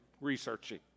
researching